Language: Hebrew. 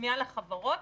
פנייה לחברות,